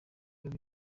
biba